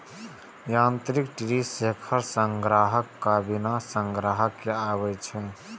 यांत्रिक tree shaker संग्राहक आ बिना संग्राहक के आबै छै